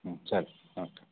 ಹ್ಞೂ ಸರಿ ಓಕೆ